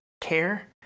care